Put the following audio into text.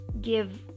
give